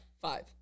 Five